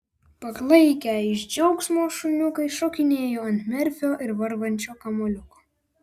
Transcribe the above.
paklaikę iš džiaugsmo šuniukai šokinėjo ant merfio ir varvančio kamuoliuko